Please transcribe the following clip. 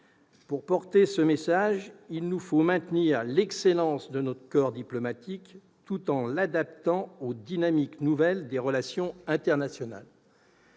Pour porter ce message, il nous faut maintenir l'excellence de notre corps diplomatique, tout en l'adaptant aux dynamiques nouvelles des relations internationales.